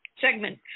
segment